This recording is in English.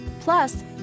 Plus